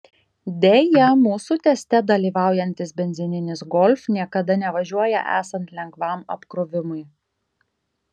deja mūsų teste dalyvaujantis benzininis golf niekada nevažiuoja esant lengvam apkrovimui